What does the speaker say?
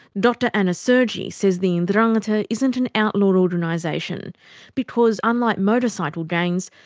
dr anna sergi says the ndrangheta isn't an outlawed organisation because, unlike motorcycle gangs,